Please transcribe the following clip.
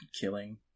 killing